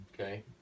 Okay